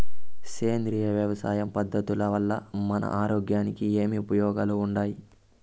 సేంద్రియ వ్యవసాయం పద్ధతుల వల్ల మన ఆరోగ్యానికి ఏమి ఉపయోగాలు వుండాయి?